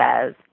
says